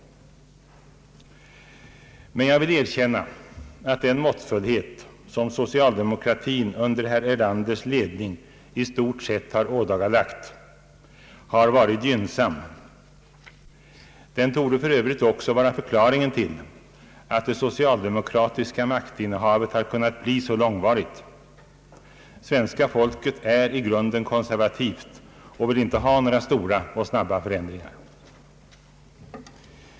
Men jag vill erkänna att den måttfullhet, som socialdemokratin under herr Erlanders ledning i stort sett har ådagalagt, har varit gynnsam. Den torde för övrigt också vara förklaringen till att det socialdemokratiska maktinnehavet har kunnat bli så långvarigt. Svenska folket är i grunden konservativt och vill inte ha några stora och snabba förändringar.